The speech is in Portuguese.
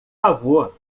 avô